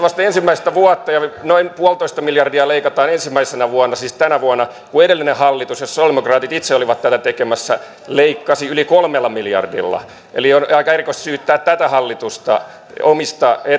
vasta ensimmäistä vuotta ja noin yksi pilkku viisi miljardia leikataan ensimmäisenä vuonna siis tänä vuonna kun edellinen hallitus jossa sosialidemokraatit itse olivat tätä tekemässä leikkasi yli kolmella miljardilla eli on aika erikoista syyttää tätä hallitusta omista